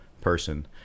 person